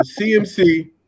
cmc